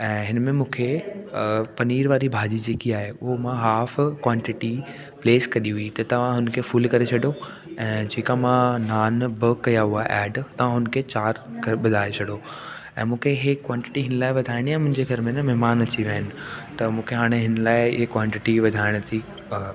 ऐं हिन में मूंखे पनीर वारी भाॼी जेकी आहे उहा मां हाफ़ क्वॉंटिटी प्लेस कई हूई त तव्हां हुनखे फ़ुल करे छॾो ऐं जेका मां नान ॿ कया हुआ ऐड तव्हां हुनखे चारि वधाए छॾो ऐं मूंखे ई क्वॉंटिटी हिन लाइ वधाइणी आहे मुंहिंजे घर में न महिमान अची विया आहिनि त मूंखे हाणे हिन लाइ ई क्वॉंटिटी वधाइण जी